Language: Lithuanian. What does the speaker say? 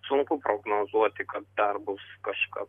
sunku prognozuoti kad dar bus kažkas